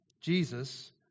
Jesus